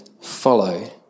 follow